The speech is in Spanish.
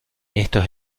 estos